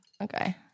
Okay